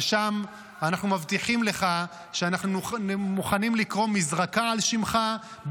ושם אנחנו מבטיחים לך שאנחנו מוכנים לקרוא מזרקה על שמך,